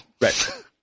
Right